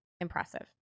impressive